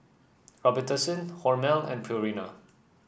Robitussin Hormel and Purina